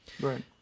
Right